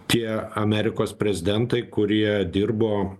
tie amerikos prezidentai kurie dirbo